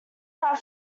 that